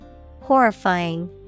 Horrifying